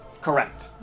correct